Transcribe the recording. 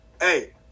Hey